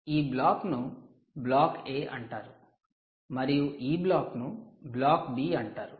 ఈ బ్లాక్ను 'block A' అంటారు మరియు ఈ బ్లాక్ ను 'బ్లాక్ B' అంటారు